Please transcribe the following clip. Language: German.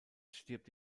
stirbt